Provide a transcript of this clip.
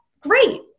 Great